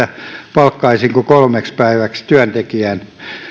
palkkaisinko kolmeksi päiväksi työntekijän